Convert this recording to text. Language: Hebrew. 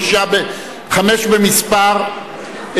חמש במספר,